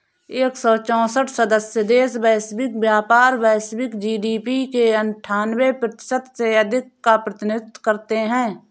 एक सौ चौसठ सदस्य देश वैश्विक व्यापार, वैश्विक जी.डी.पी के अन्ठान्वे प्रतिशत से अधिक का प्रतिनिधित्व करते हैं